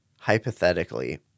hypothetically